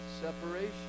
separation